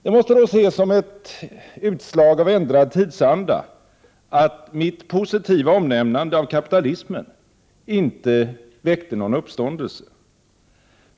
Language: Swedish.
Det måste ses som ett utslag av ändrad tidsanda att mitt positiva omnämnande av kapitalismen inte väckte någon uppståndelse.